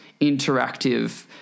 interactive